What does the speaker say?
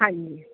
ਹਾਂਜੀ